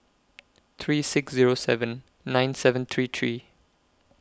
three six Zero seven nine seven three three